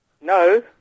No